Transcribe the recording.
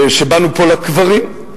שבאנו פה לקברים,